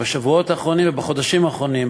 בשבועות האחרונים ובחודשים האחרונים,